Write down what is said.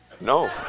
No